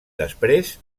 després